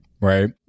right